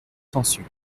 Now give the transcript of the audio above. sansu